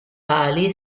ali